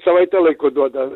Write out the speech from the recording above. savaitę laiko duoda